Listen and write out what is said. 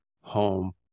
home